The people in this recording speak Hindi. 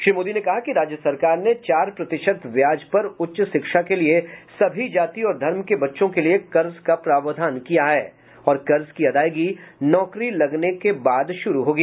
श्री मोदी ने कहा कि राज्य सरकार ने चार प्रतिशत व्याज पर उच्च शिक्षा के लिए सभी जाति और धर्म के बच्चों के लिए कर्ज का प्रावधान किया है और कर्ज की अदायगी नौकरी लगने पर शुरू होगी